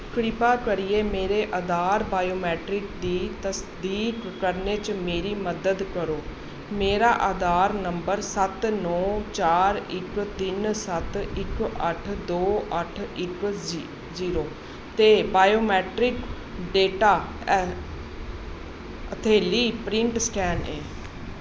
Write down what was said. कृपा करियै मेरे आधार बायोमेट्रिक दी तसदीक करने च मेरी मदद करो मेरा आधार नंबर सत्त नौ चार इक तिन्न सत्त इक अट्ठ दो अट्ठ इक जीरो ते बायोमैट्रिक डेटा हथेली प्रिंट स्कैन ऐ